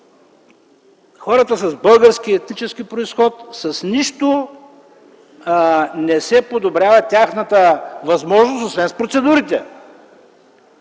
хората с български етнически произход с нищо не се подобрява тяхната възможност, освен с процедурите.